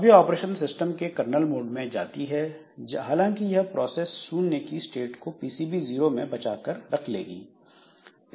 अब यह operating system के कर्नल मोड में जाती है हालांकि यह प्रोसेस 0 की स्टेट को पीसीबी जीरो में बचा कर रख लेगी